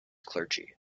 clergy